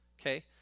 Okay